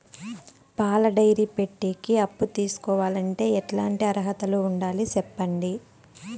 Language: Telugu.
పాల డైరీ పెట్టేకి అప్పు తీసుకోవాలంటే ఎట్లాంటి అర్హతలు ఉండాలి సెప్పండి?